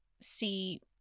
see